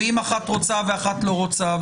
אם אחת רוצה ואחת לא רוצה?